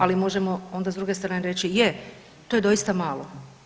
Ali možemo onda s druge strane reći je to je doista malo.